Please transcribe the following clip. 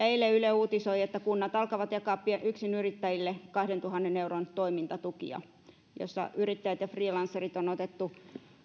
eilen yle uutisoi että kunnat alkavat jakaa yksinyrittäjille kahdentuhannen euron toimintatukia ja yrittäjät ja freelancerit on